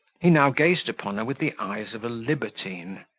he now gazed upon her with the eyes of a libertine,